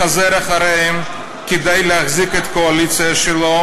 מחזר אחריהם כדי להחזיק את הקואליציה שלו,